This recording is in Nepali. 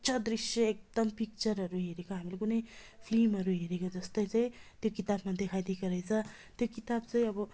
प्रत्यक्ष दृश्य एकदम पिक्चरहरू हेरेको हामीले कुनै फिल्महरू हेरेको जस्तै चाहिँ त्यो किताबमा देखाइदिएको रहेछ त्यो किताब चाहिँ अब